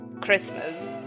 Christmas